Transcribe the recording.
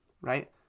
right